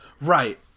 Right